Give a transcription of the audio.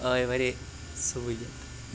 آے واریاہ سہوٗلیت